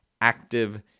active